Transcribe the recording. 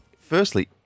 Firstly